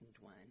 one